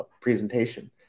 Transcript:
presentation